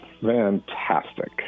fantastic